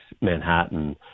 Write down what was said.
Manhattan